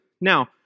Now